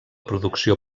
producció